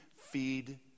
feed